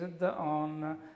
on